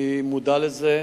אני מודע לזה,